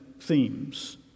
themes